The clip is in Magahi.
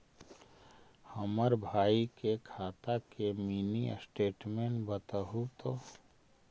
हमर माई के खाता के मीनी स्टेटमेंट बतहु तो?